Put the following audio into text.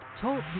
TALK